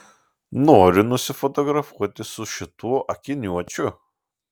noriu nusifotografuoti su šituo akiniuočiu